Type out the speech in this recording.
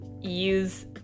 use